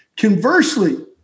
Conversely